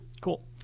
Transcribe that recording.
Cool